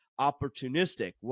opportunistic